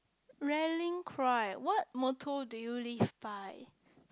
rallying cry what motto do you live by